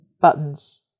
buttons